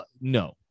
No